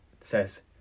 says